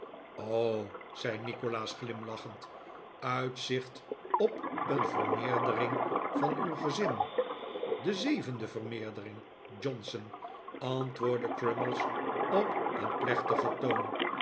zei nikolaas glimlachend uitzicht op een vermeerdering van uw gezin de zevende vermeerdering johnson antwoordde crummies op een plechtigen toon